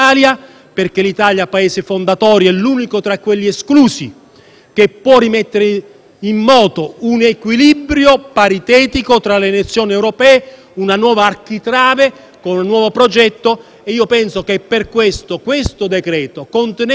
può rimettere in moto un equilibrio paritetico tra le nazioni europee, una nuova architrave con un nuovo progetto. Penso che per tale motivo questo decreto-legge, contenendo inconsapevolmente sia la minaccia cinese